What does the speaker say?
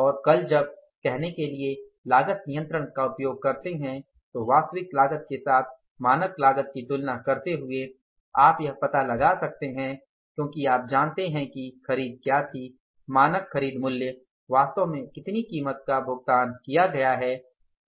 और कल जब कहने के लिए लागत नियंत्रण का उपयोग करते है तो वास्तविक लागत के साथ मानक लागत की तुलना करते हुए आप यह पता लगा सकते हैं क्योंकि आप जानते हैं कि खरीद क्या थी मानक खरीद मूल्य वास्तव में कितनी कीमत का भुगतान किया गया है